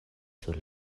sur